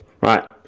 Right